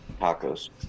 tacos